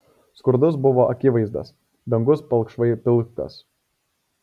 skurdus buvo akivaizdas dangus palšvai pilkas